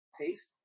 taste